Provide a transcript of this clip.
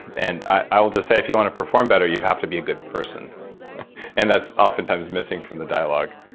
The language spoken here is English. and i will just say, if you want to perform better, you have to be a good person and that's oftentimes missing from the dialog